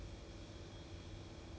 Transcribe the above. oh oh okay okay okay